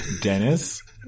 Dennis